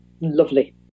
lovely